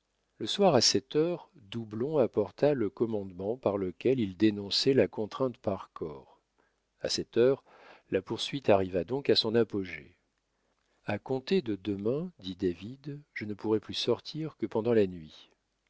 le soir à sept heures doublon apporta le commandement par lequel il dénonçait la contrainte par corps a cette heure la poursuite arriva donc à son apogée a compter de demain dit david je ne pourrai plus sortir que pendant la nuit